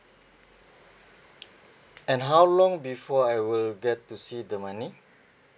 and how long before I will get to see the money